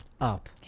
up